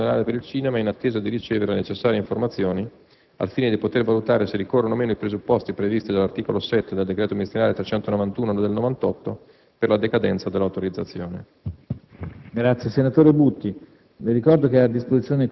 In merito alla notizia della chiusura della multisala, la direzione generale per il cinema è in attesa di ricevere le necessarie informazioni al fine di poter valutare se ricorrano o meno i presupposti previsti dall'articolo 7 del decreto ministeriale n. 391 del 1998 per la decadenza dell'autorizzazione.